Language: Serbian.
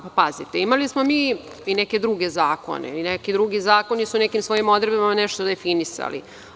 Pazite, imali smo mi i neke druge zakone i neke druge zakoni su nekim drugim odredbama nešto definisali.